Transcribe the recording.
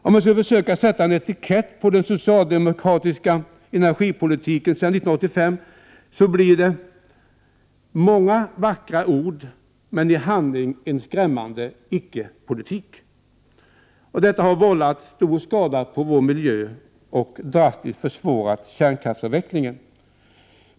Om jag skall sätta en etikett på den socialdemokratiska energipolitiken sedan 1985 blir det: många vackra ord, men i handling en skrämmande icke-politik. Jag menar att detta har vållat stor skada på vår miljö och drastiskt försvårat kärnkraftsavvecklingen.